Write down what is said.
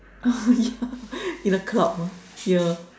ah ya even club ah ya